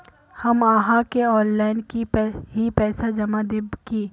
हम आहाँ के ऑनलाइन ही पैसा जमा देब की?